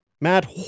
Matt